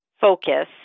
focus